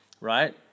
right